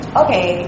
okay